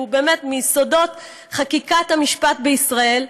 שהוא באמת מיסודות חקיקת המשפט בישראל,